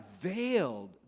veiled